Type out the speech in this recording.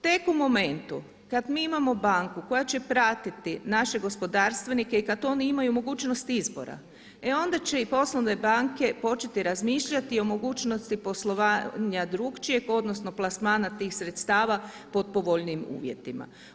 Tek u momentu kada mi imamo banku koja će pratiti naše gospodarstvenike i kada oni imaju mogućnost izbora, e onda će i poslovne banke početi razmišljati o mogućnosti poslovanja drukčijeg odnosno plasmana tih sredstava pod povoljnijim uvjetima.